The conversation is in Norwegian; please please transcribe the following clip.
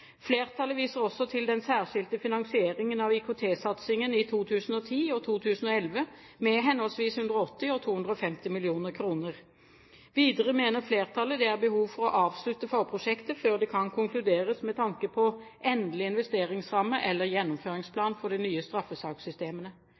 Flertallet viser også til den særskilte finansieringen av IKT-satsingen i 2010 og 2011, med henholdsvis 180 mill. kr og 250 mill. kr. Videre mener flertallet det er behov for å avslutte forprosjektet før det kan konkluderes med tanke på endelig investeringsramme eller